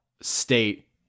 state